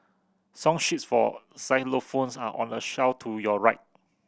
song sheets for xylophones are on the shelf to your right